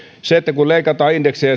se on selvä asia että kun leikataan indeksiä